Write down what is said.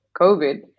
COVID